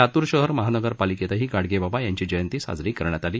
लातुर शहर महानगर पालिकेतही गाडगे बाबा यांची जयंती साजरी करण्यात आली